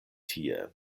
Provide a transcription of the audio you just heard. tie